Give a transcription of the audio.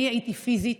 אני הייתי פיזית